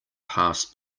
pass